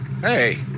Hey